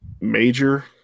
major